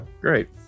Great